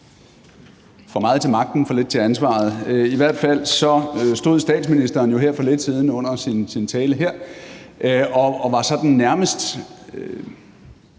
for meget til magten og for lidt til ansvaret. I hvert fald stod statsministeren jo for lidt siden under sin tale her og var sådan nærmest